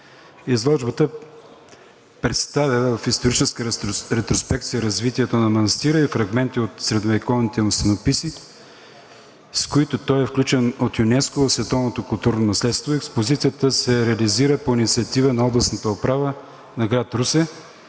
Изложбата представя в историческа ретроспекция развитието на манастира и фрагменти от средновековните му стенописи, с които той е включен от ЮНЕСКО в световното културно наследство. Експозицията се реализира по инициатива на Областната управа на град Русе.“